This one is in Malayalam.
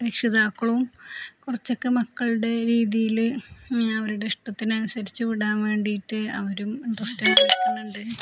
രക്ഷിതാക്കളും കുറച്ചൊക്കെ മക്കളുടെ രീതിയില് അവരുടെ ഇഷ്ടത്തിനനുസരിച്ച് വിടാൻ വേണ്ടിയിട്ട് അവരും ഇൻട്രസ്റ്റായി ക്കുന്നുണ്ട്